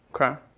Okay